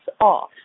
off